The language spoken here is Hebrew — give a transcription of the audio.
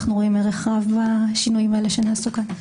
אנחנו רואים ערך רב לשינויים האלה שנעשו כאן.